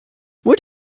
would